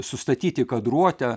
sustatyti kadruotę